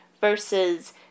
Versus